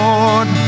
Lord